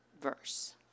verse